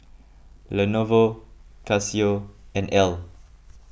Lenovo Casio and Elle